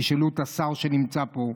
תשאלו את השר שנמצא פה.